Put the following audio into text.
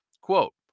Quote